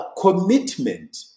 commitment